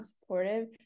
supportive